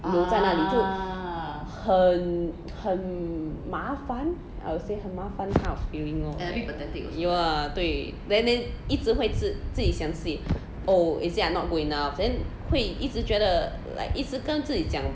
留在那里就很很麻烦 I would say 很麻烦 kind of feeling lor ya 对 then then 一直会自自己想自己 oh is it I not good enough then 会一直觉得 like 一直跟自己讲